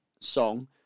song